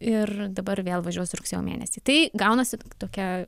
ir dabar vėl važiuosiu rugsėjo mėnesį tai gaunasi tokia